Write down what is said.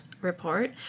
report